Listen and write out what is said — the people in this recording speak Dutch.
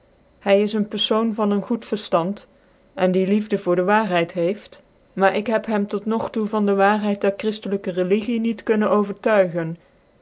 hy is een perfoon van een goed verftand cn die yoor de waarheid heeft maar ik heb hem tot nog toe van de waarheid der chriftclyke religie niet kunnen overtuigen